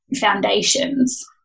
foundations